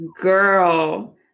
Girl